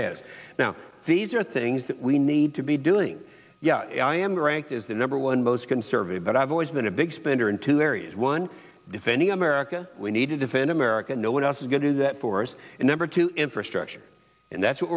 has now these are things that we need to be doing yeah i am ranked as the number one most conservative but i've always been a big spender in two areas one defending america we need to defend america no one else is going to do that for us and number two infrastructure and that's what